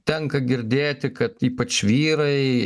tenka girdėti kad ypač vyrai